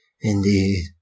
Indeed